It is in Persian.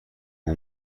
بگو